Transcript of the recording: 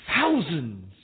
thousands